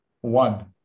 one